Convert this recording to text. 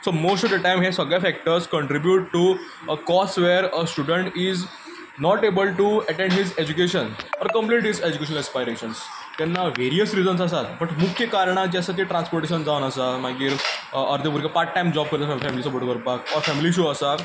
so most of the time हे सगळे factors contribute to a cause where a student is not able to attend his education or complete his education aspirations तेन्ना various reasons आसात but मुख्य कारणां जीं आसा तीं transportation जावन आसा मागीर अर्दे भुरगे पार्ट टायम जोब्स करतात फेमिली सपोर्ट करपाक ओर फेमिली इश्यू आसात